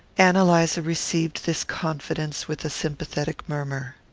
ann eliza received this confidence with a sympathetic murmur.